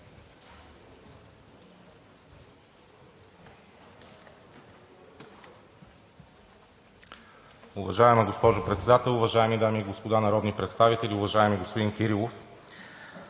Уважаема госпожо Председател, уважаеми дами и господа народни представители! Уважаеми господин Кирилов,